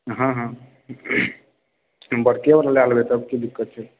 हँ हँ बड़केवला लए लेबै तब की दिक्कत छै